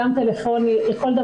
גם טלפוני,